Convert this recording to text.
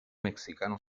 mexicano